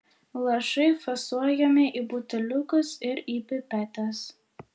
lašai fasuojami į buteliukus ir į pipetes